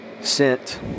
sent